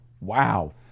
wow